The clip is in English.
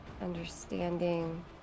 understanding